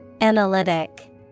Analytic